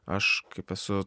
aš kaip esu